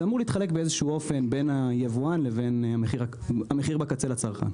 זה אמור להתחלק באיזשהו אופן בין היבואן לבין מחיר הקצה לצרכן.